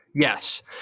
Yes